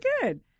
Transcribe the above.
good